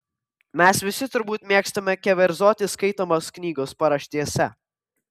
mes visi turbūt mėgstame keverzoti skaitomos knygos paraštėse